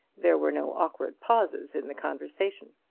there were no awkward pauses in the conversation.